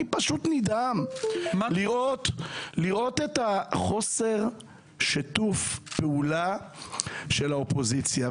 אני נדהם לראות את חוסר שיתוף הפעולה של האופוזיציה.